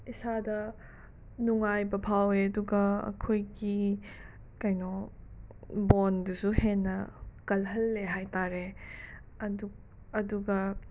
ꯏꯁꯥꯗ ꯅꯨꯡꯉꯥꯏꯕ ꯐꯥꯎꯋꯦ ꯑꯗꯨꯒ ꯑꯩꯈꯣꯏꯒꯤ ꯀꯩꯅꯣ ꯕꯣꯟꯗꯨꯁꯨ ꯍꯦꯟꯅ ꯀꯜꯍꯜꯂꯦ ꯍꯥꯏꯇꯔꯦ ꯑꯗꯨ ꯑꯗꯨꯒ